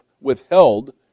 withheld